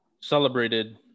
celebrated